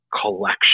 collection